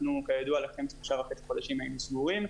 כידוע לכם, שלושה וחצי חודשים היינו סגורים.